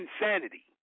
Insanity